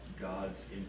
God's